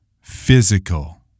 physical